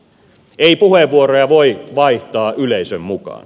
ei puheenvuoroja voi vaihtaa yleisön mukaan